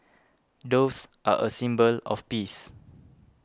doves are a symbol of peace